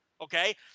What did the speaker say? Okay